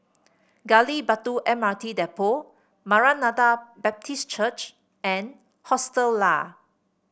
Gali Batu M R T Depot Maranatha Baptist Church and Hostel Lah